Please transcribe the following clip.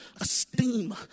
esteem